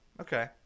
Okay